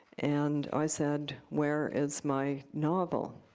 and i said, where is my novel?